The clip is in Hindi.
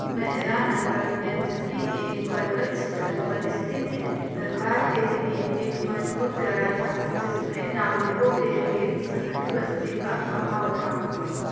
मेहरानगढ़ यद्यपि एक पर्वतशिखर पर स्थित है दरबार के लिए एक मज़बूत गढ़ था जिसमें नागरिकों के लिए शहरी बस्ती का अभाव था